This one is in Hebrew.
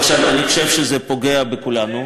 עכשיו, אני חושב שזה פוגע בכולנו.